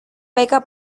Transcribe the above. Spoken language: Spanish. beca